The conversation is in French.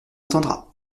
attendra